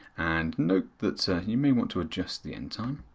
and note that you may want to adjust the end time,